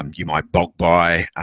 um you might bulk buy